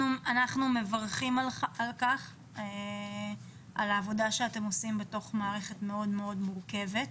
אנחנו מברכים על העבודה שאתם עושים בתוך מערכת מאוד מאוד מורכבת.